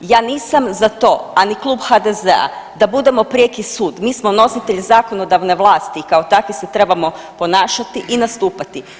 Ja nisam za to, a ni Klub HDZ-a da budemo prijeki sud, mi smo nositelji zakonodavne vlasti i kao takvi se trebamo ponašati i nastupati.